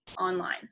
online